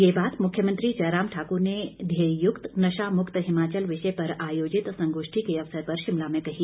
ये बात मुख्यमंत्री जयराम ठाकुर ने ध्येय युक्त नशा मुक्त हिमाचल विषय पर आयोजित संगोष्ठी के अवसर पर शिमला में कही